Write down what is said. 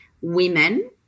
women